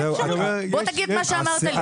בוא תגיד מה שאמרת לי.